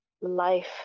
Life